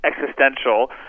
existential